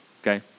okay